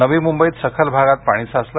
नवी मुंबईत सखल भागात पाणी साचलं